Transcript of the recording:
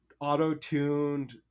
auto-tuned